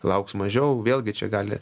lauks mažiau vėlgi čia gali